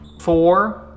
four